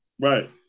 Right